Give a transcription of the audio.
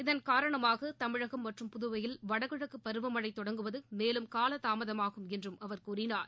இதன் காரணமாக தமிழகம் மற்றும் புதுவையில் வடகிழக்கு பருவமனழ தொடங்குவது மேலும் காலதாமதமாகும் என்றும் அவர் கூறினார்